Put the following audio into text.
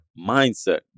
mindset